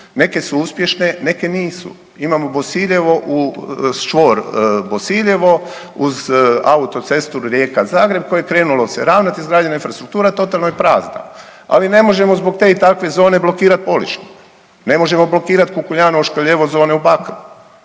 neke su uspješne, neke nisu. Imamo čvor Bosiljevo uz autocestu Rijeka-Zagreb koje krenulo se …, izgrađena je infrastruktura totalno je prazna. Ali ne možemo zbog te i takve zone blokirat Polišnik, ne možemo blokirat Kukuljanovo-Šrkljevo zone u Bakru